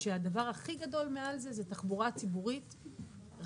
כשהדבר הכי גדול מעל הדברים האלה זה תחבורה ציבורית רבה,